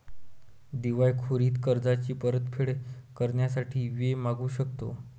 दिवाळखोरीत कर्जाची परतफेड करण्यासाठी वेळ मागू शकतो